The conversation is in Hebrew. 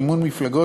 מימון מפלגות,